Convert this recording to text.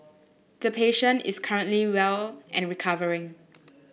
the patient is currently well and recovering